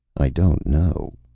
i don't know,